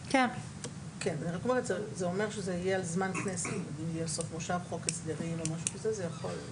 זה אומר שזה יהיה על סמך -- חוק הסדרים --- כן,